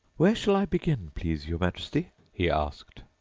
where shall i begin, please your majesty he asked.